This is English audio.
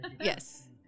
Yes